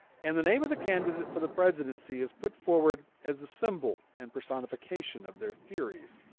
and the name of the candidate for the presidency is put forward as the symbol and personification of their theories.